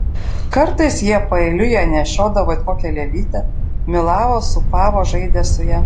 kartais jie paeiliui ją nešiodavo it kokią lėlytę mylavo sūpavo žaidė su ja